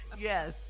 Yes